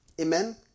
Amen